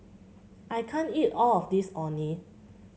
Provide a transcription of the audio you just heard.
I can't eat all of this Orh Nee